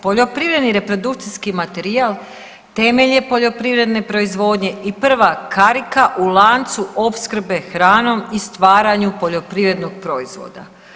Poljoprivredni reprodukcijski materijal temelj je poljoprivredne proizvodnje i prva karika u lancu opskrbe hranom i stvaranju poljoprivrednog proizvoda.